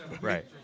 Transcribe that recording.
Right